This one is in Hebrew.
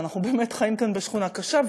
ואנחנו באמת חיים כאן בשכונה קשה,